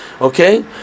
Okay